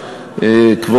תודה רבה,